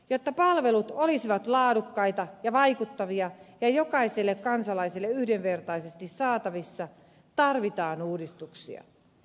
jotta palvelut olisivat laadukkaita ja vaikuttavia ja jokaiselle kansalaiselle yhdenvertaisesti saatavissa tarvitaan uudistuksia